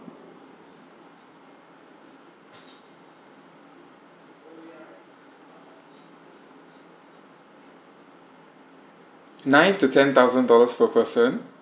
nine to ten thousand dollars per person